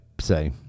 say